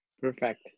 Perfect